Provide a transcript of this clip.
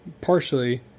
Partially